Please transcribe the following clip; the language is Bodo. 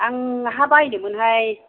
आं हा बायनोमोनहाय